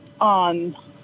On